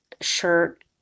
shirt